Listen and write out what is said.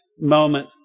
moment